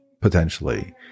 potentially